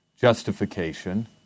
justification